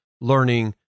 learning